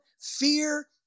fear